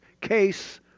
case